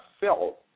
felt